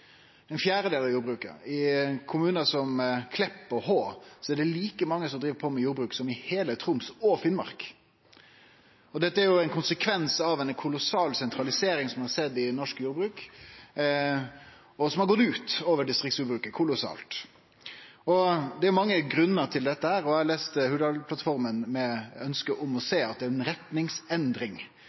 ein fjerdedel av jordbruket. I kommunar som Klepp og Hå er det like mange som driv på med jordbruk som i heile Troms og Finnmark. Dette er ein konsekvens av ei kolossal sentralisering som har skjedd i norsk jordbruk, og som har gått ut over distriktsjordbruket – kolossalt. Det er mange grunnar til dette, og eg las Hurdalsplattforma med ønske om å sjå at det er ei retningsendring